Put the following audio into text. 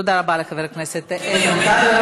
תודה רבה לחבר הכנסת איתן כבל.